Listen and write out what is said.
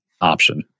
option